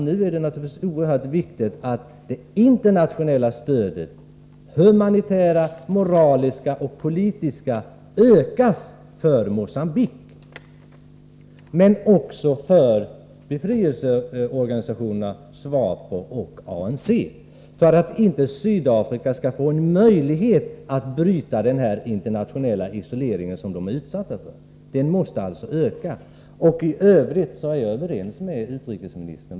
Nu är det naturligtvis oerhört viktigt att det internationella humanitära, moraliska och politiska stödet till Mogambique, men också till befrielseorganisationerna, SWAPO och ANC, ökar, för att inte Sydafrika skall få en möjlighet att bryta den internationella isolering som apartheidregimen är utsatt för. I övrigt är jag överens med utrikesministern.